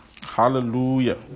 Hallelujah